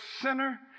sinner